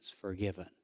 forgiven